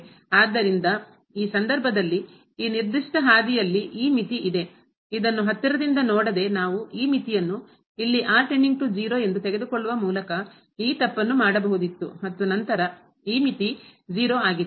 ಆದ್ದರಿಂದ ಈ ಸಂದರ್ಭದಲ್ಲಿ ಈ ನಿರ್ದಿಷ್ಟ ಹಾದಿಯಲ್ಲಿ ಈ ಮಿತಿ ಇದೆ ಇದನ್ನು ಹತ್ತಿರದಿಂದ ನೋಡದೆ ನಾವು ಈ ಮಿತಿಯನ್ನು ಇಲ್ಲಿ ಎಂದು ತೆಗೆದುಕೊಳ್ಳುವ ಮೂಲಕ ಈ ತಪ್ಪನ್ನು ಮಾಡಬಹುದಿತ್ತು ಮತ್ತು ನಂತರ ಈ ಮಿತಿ 0 ಆಗಿದೆ